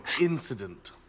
Incident